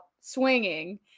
swinging